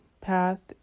path